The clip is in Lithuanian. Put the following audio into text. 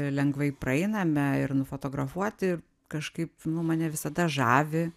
lengvai praeiname ir nufotografuoti kažkaip nu mane visada žavi